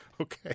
Okay